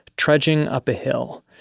trudging up a hill.